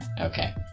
Okay